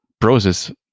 process